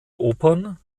opern